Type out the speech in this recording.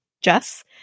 Jess